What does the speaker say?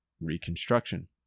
Reconstruction